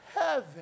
heaven